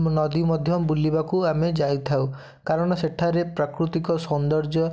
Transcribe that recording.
ନଦୀ ମଧ୍ୟ ବୁଲିବାକୁ ଆମେ ଯାଇଥାଉ କାରଣ ସେଠାରେ ପ୍ରାକୃତିକ ସୌନ୍ଦର୍ଯ୍ୟ